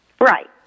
Right